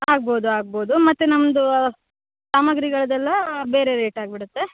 ಆಗ್ಬೋದು ಆಗ್ಬೋದು ಮತ್ತು ನಮ್ದೂ ಸಾಮಾಗ್ರಿಗಳ್ದೆಲ್ಲಾ ಬೇರೆ ರೇಟ್ ಆಗ್ಬಿಡುತ್ತೆ